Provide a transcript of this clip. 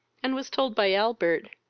and was told by albert,